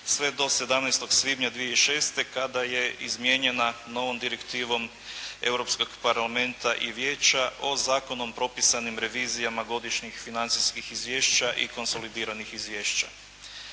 sve do 17. svibnja 2006. kada je izmijenjena novom Direktivom Europskog parlamenta i Vijeća o zakonom propisanim revizijama godišnjih financijskih izvješća i konsolidiranih izvješća.